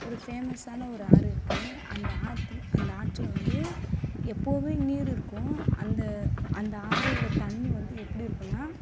ஒரு ஃபேமஸ்ஸான ஒரு ஆறு இருக்குது அந்த ஆற்று அந்த ஆற்றில் வந்து எப்போவுமே நீர் இருக்கும் அந்த அந்த ஆறோட தண்ணி வந்து எப்படி இருக்கும்னால்